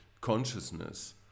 consciousness